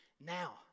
now